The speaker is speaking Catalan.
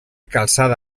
calçada